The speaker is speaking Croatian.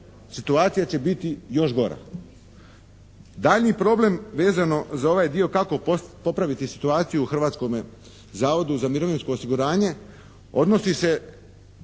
situacija će biti još gora. Daljnji problem vezano za ovaj dio kako popraviti situaciju u Hrvatskome zavodu za mirovinsko osiguranje odnosi se